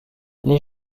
les